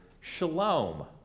shalom